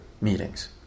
meetings